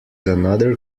another